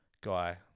guy